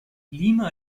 lima